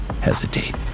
hesitate